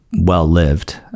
well-lived